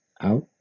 out